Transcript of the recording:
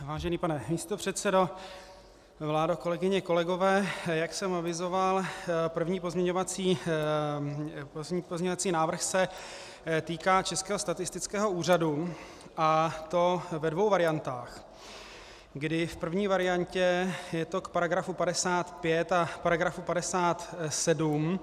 Vážený pane místopředsedo, vládo, kolegyně, kolegové, jak jsem avizoval, první pozměňovací návrh se týká Českého statistického úřadu, a to ve dvou variantách, kdy v první variantě je to k § 55 a k § 57.